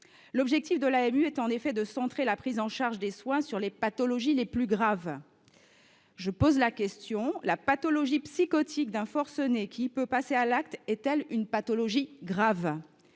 L’objectif de l’AMU est en effet de centrer la prise en charge des soins sur les pathologies les plus graves. Toutefois, la pathologie psychotique d’un forcené qui peut passer à l’acte est elle une pathologie grave ?